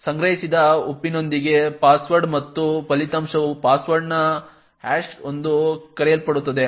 ಸಂಗ್ರಹಿಸಿದ ಪಾಸ್ವರ್ಡ್ ಮತ್ತು ಫಲಿತಾಂಶವು ಪಾಸ್ವರ್ಡ್ನ ಹ್ಯಾಶ್ ಎಂದು ಕರೆಯಲ್ಪಡುತ್ತದೆ